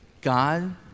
God